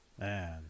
Man